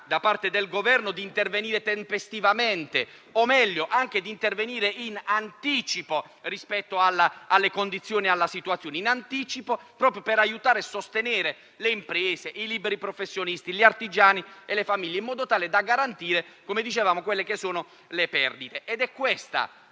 da parte del Governo di intervenire tempestivamente, o meglio, anche di intervenire in anticipo rispetto alla situazione; in anticipo proprio per aiutare a sostenere le imprese, i liberi professionisti, gli artigiani e le famiglie e in modo tale - come dicevamo - da garantire quelle che sono le perdite. È questa